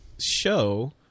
show